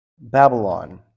Babylon